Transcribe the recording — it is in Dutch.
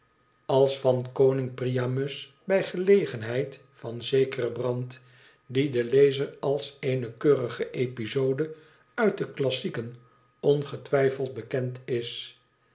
als van koning priamus bij gelegenheid van zekeren brand die den lezer als eene keurige epbode uit de klassieken ongetwijfeld bekend is